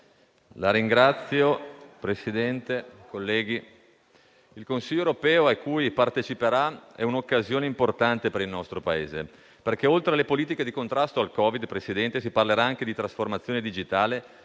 *(M5S)*. Presidente Draghi, il Consiglio europeo a cui parteciperà è un'occasione importante per il nostro Paese perché, oltre che delle politiche di contrasto al Covid, si parlerà anche di trasformazione digitale